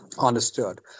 Understood